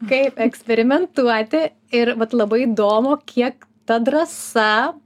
kaip eksperimentuoti ir vat labai įdomu kiek ta drąsa